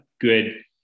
good